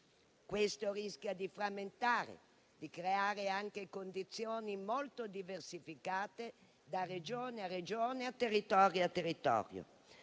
questo rischia di frammentare, di creare anche condizioni molto diversificate da Regione a Regione, da territorio a territorio.